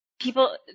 people –